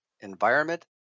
environment